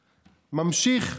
ממשיך,